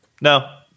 No